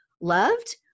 loved